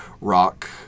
rock